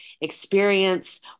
experience